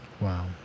Wow